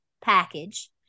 package